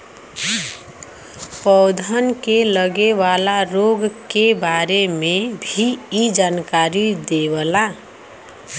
पौधन के लगे वाला रोग के बारे में भी इ जानकारी देवला